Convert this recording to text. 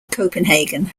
copenhagen